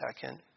second